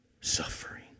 suffering